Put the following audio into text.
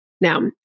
Now